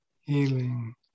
healing